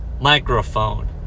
Microphone